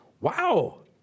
wow